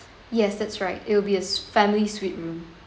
yes that's right it will be a family suite room